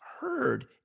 heard